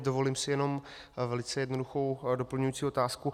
Dovolím si jenom velice jednoduchou doplňující otázku.